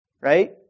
right